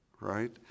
right